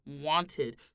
wanted